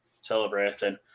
celebrating